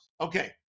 Okay